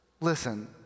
listen